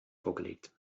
vorgelegt